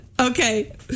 Okay